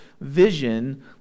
vision